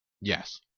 Yes